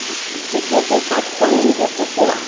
ᱪᱤᱠᱟᱹᱛᱮ ᱠᱟᱴᱠᱚᱢ ᱤᱧ ᱩᱛᱩ ᱠᱚᱣᱟ